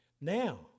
Now